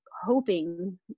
hoping